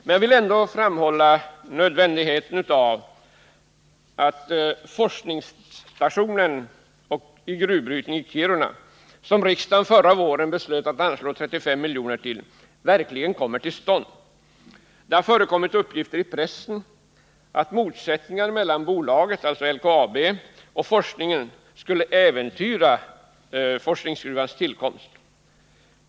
Men jag vill ändå framhålla nödvändigheten av att den station för forskning i gruvbrytning i Kiruna som riksdagen förra våren beslöt anslå 35 miljoner till verkligen kommer till stånd. Det har förekommit uppgifter i pressen att motsättningar mellan bolaget, dvs. LKAB, och forskningen skulle äventyra forskningsgruvans tillkomst.